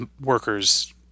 workers